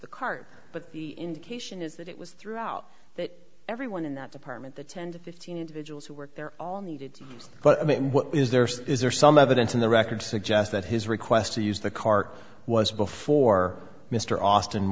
the card but the indication is that it was throughout that everyone in that department the ten to fifteen individuals who were there all needed but i mean what is there is there some evidence in the record to suggest that his request to use the car was before mr austin